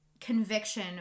conviction